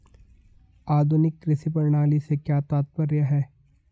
आधुनिक कृषि प्रणाली से क्या तात्पर्य है?